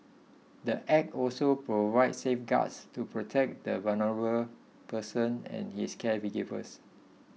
the Act also provides safeguards to protect the vulnerable person and his caregivers